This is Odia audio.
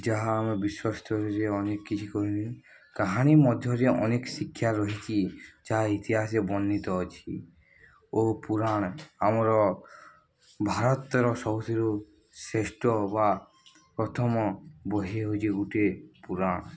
ଯାହା ଆମେ ବିଶ୍ୱାସ ସ୍ତରରେ ଅନେକ କିଛି କରିନୁ କାହାଣୀ ମଧ୍ୟରେ ଅନେକ ଶିକ୍ଷା ରହିଛି ଯାହା ଇତିହାସରେ ବର୍ଣ୍ଣିତ ଅଛି ଓ ପୁରାଣ ଆମର ଭାରତର ସବୁଥିରୁ ଶ୍ରେଷ୍ଠ ବା ପ୍ରଥମ ବହି ହେଉଛି ଗୁଟେ ପୁରାଣ